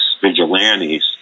vigilante's